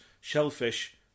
Shellfish